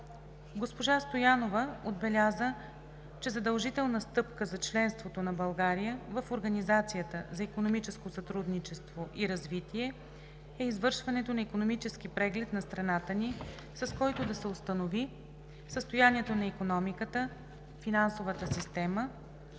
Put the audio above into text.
Госпожа Стоянова отбеляза, че задължителна стъпка за членството на България в Организацията за икономическо сътрудничество и развитие е извършването на икономически преглед на страната ни, с който да се установи състоянието на икономиката, финансовата система,